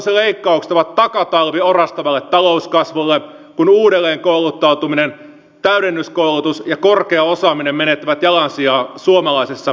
koulutusleikkaukset ovat takatalvi orastavalle talouskasvulle kun uudelleen kouluttautuminen täydennyskoulutus ja korkea osaaminen menettävät jalansijaa suomalaisessa yhteiskunnassa